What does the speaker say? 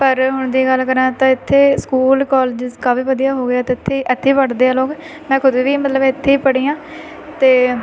ਪਰ ਹੁਣ ਦੀ ਗੱਲ ਕਰਾਂ ਤਾਂ ਇੱਥੇ ਸਕੂਲ ਕੋਲਜਿਜ਼ ਕਾਫੀ ਵਧੀਆ ਹੋ ਗਿਆ ਅਤੇ ਇੱਥੇ ਇੱਥੇ ਪੜ੍ਹਦੇ ਆ ਲੋਕ ਮੈਂ ਖੁਦ ਵੀ ਮਤਲਬ ਇੱਥੇ ਹੀ ਪੜ੍ਹੀ ਹਾਂ ਅਤੇ